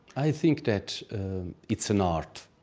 i think that it's an art,